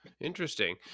Interesting